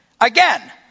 Again